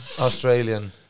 Australian